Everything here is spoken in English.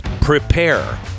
prepare